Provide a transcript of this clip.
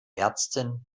ärztin